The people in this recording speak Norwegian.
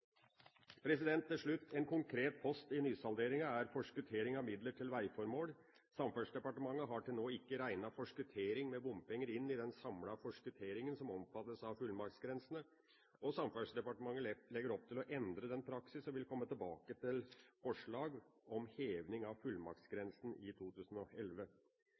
Til slutt: En konkret post i nysalderinga er «Forskuttering av midler til vegformål». Der står det: «Samferdselsdepartementet har til nå ikke regnet forskuttering med bompenger inn i de samlede forskutteringene som omfattes av fullmaktsgrensen. Samferdselsdepartementet legger opp til å endre denne praksisen, og vil komme tilbake til forslag om heving av fullmaktsgrensen i 2011.»